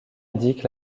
indique